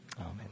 Amen